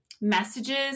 messages